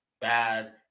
bad